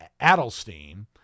Adelstein